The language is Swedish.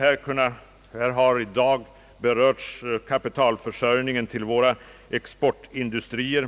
Här har i dag berörts kapitalförsörjningen till våra exportindustrier.